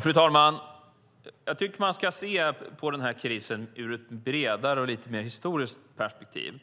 Fru talman! Jag tycker att man ska se på den här krisen i ett bredare historiskt perspektiv.